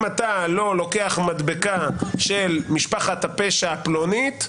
אתה לא לוקח מדבקה של משפחת הפשע הפלונית,